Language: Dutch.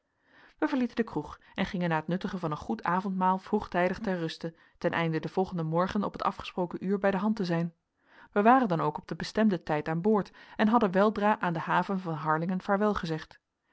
wij verlieten de kroeg en gingen na het nuttigen van een goed avondmaal vroegtijdig ter ruste ten einde den volgenden morgen op het afgesproken uur bij de hand te zijn wij waren dan ook op den bestemden tijd aan boord en hadden weldra aan de haven van harlingen